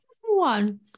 one